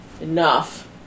Enough